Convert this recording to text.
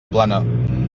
plana